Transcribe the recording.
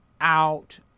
out